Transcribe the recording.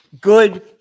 good